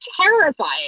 terrifying